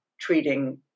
treating